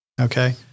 Okay